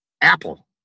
Apple